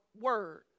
word